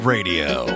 Radio